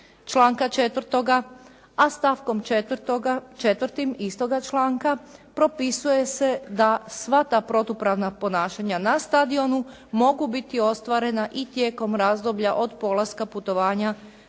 članka 4., a stavkom 4. istoga članka propisuje se da sva ta protupravna ponašanja na stadionu mogu biti ostvarena i tijekom razdoblja od polaska putovanja,